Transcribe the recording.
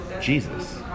Jesus